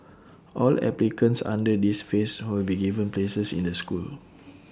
all applicants under this phase be given places in the school